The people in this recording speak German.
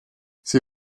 sie